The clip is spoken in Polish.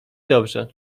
dobrze